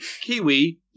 Kiwi